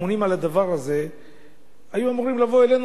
הזה היו אמורים לבוא אלינו ולהציע לנו,